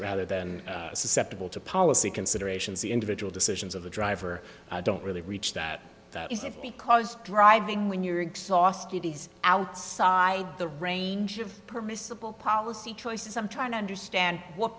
rather than susceptible to policy considerations the individual decisions of the driver don't really reach that that is that because driving when you're exhausted outside the range of permissible policy choices i'm trying to understand what